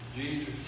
Jesus